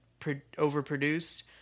overproduced